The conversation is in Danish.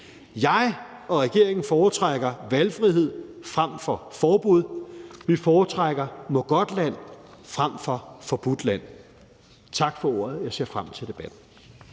Jeg og regeringen foretrækker valgfrihed frem for forbud. Vi foretrækker Mågodtland frem for Forbudtland. Tak for ordet. Jeg ser frem til debatten.